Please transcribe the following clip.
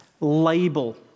label